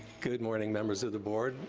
good morning, members of the board.